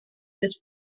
this